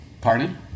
Pardon